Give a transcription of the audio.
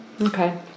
okay